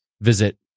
visit